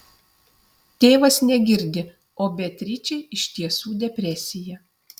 tėvas negirdi o beatričei iš tiesų depresija